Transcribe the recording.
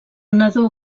nadó